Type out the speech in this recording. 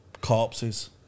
corpses